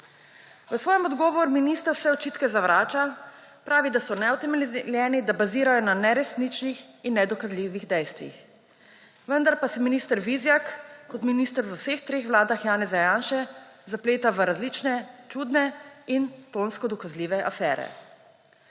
V svojem odgovoru minister vse očitka zavrača. Pravi, da so neutemeljeni, da bazirajo na neresničnih in nedokazljivih dejstvih. Vendar pa se minister Vizjak kot minister v vseh treh vladah Janeza Janše zapleta v različne čudne in tonsko dokazljive afere.